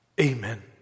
Amen